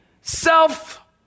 Self